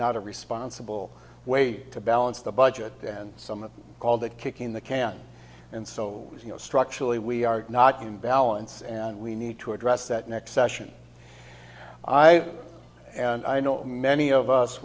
not a responsible way to balance the budget then some call that kicking the can and so you know structurally we are not in balance and we need to address that next session i and i know many of us